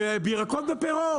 בירקות ופירות.